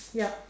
yup